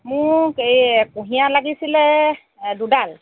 মোক এই কুঁহিয়াৰ লাগিছিলে এ দুডাল